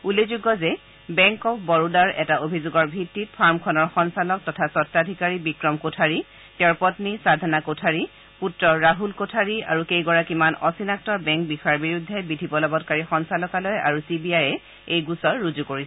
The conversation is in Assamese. উল্লেখযোগ্য যে বেংক অব বৰোদাৰ এটা অভিযোগৰ ভিত্তিত ফাৰ্মখনৰ সঞ্চালক তথা স্বতাধিকাৰ বিক্ৰম কোঠাৰী তেওঁৰ পন্নী সাধনা কোঠাৰী পুত্ৰ ৰাহুল কোঠাৰী আৰু কেইগৰাকীমান অচিনাক্ত বেংক বিষয়াৰ বিৰুদ্ধে বিধিবলবৎকাৰী সঞ্চালকালয় আৰু চি বি আই এ এই গোচৰ ৰুজু কৰিছিল